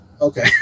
Okay